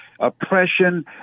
oppression